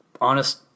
honest